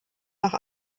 nach